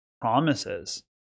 promises